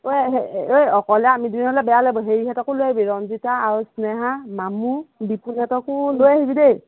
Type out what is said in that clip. ঐ হে ঐ অকলে আমি দুজনী হ'লে বেয়া লাগিব হেৰিহঁতকো লৈ আহিবি ৰঞ্জিতা আৰু স্নেহা মামু বিপুলহেঁতকো লৈ আহিবি দেই